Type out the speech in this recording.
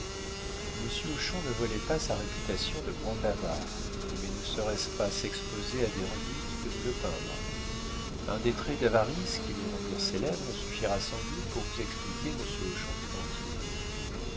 hochon ne volait pas sa réputation de grand avare mais ne serait-ce pas s'exposer à des redites que de le peindre un des traits d'avarice qui le rendirent célèbre suffira sans doute pour vous expliquer monsieur hochon tout entier